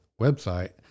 website